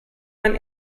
man